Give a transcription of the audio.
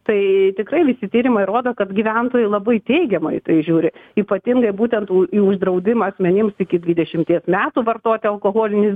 tai tikrai visi tyrimai rodo kad gyventojai labai teigiamai į tai žiūri ypatingai būtent į uždraudimą asmenims iki dvidešimties metų vartoti alkoholinius